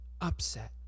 upset